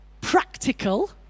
practical